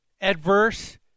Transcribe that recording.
adverse